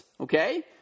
Okay